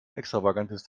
extravagantes